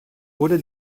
wurde